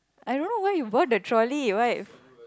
I don't know why you bought the trolley why